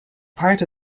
part